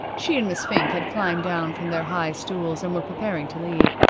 she and miss fink had climbed down from their high stools, and were preparing to leave.